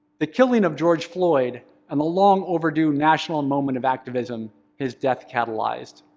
the killing of george floyd and the long overdue national moment of activism his death catalyzed.